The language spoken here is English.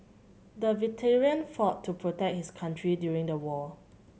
the veteran fought to protect his country during the war